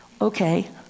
Okay